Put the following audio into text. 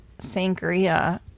sangria